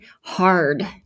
hard